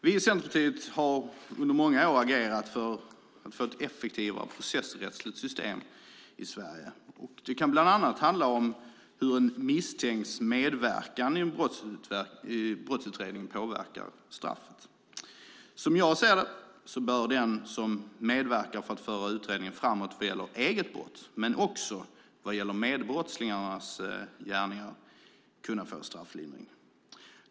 Vi i Centerpartiet har under många år agerat för att få ett effektivare processrättsligt system i Sverige. Det kan bland annat handla om hur en misstänkts medverkan i brottsutredningen påverkar straffet. Som jag ser det så bör den som medverkar för att föra utredningen framåt vad gäller eget brott, men också vad gäller medbrottslingars gärningar, kunna få strafflindring.